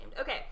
Okay